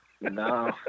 No